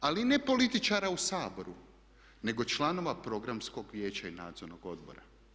Ali ne političara u Saboru nego članova Programskog vijeća i nadzornog odbora.